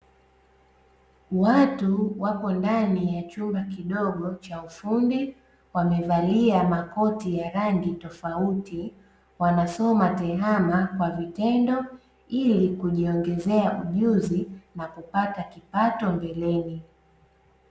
Watu wako ndani ya chumba kidogo cha ufundi wamevalia makoti ya rangi tofauti, wanasoma tehama kwa vitendo ili kujiongezea ujuzi na kupata kipato mbeleni.